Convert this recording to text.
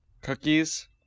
Cookies